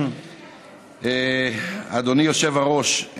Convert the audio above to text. אדוני היושב-ראש,